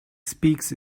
speaks